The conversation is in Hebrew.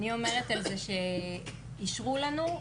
אני אומרת שאישרו לנו.